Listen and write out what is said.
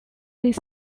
its